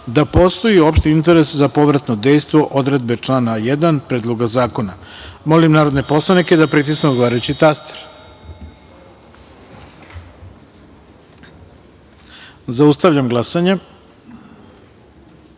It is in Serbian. da postoji opšti interes za povratno dejstvo odredbe člana 1. Predloga zakona. Molim narodne poslanike da pritisnu odgovarajući taster. Zaustavljam glasanje: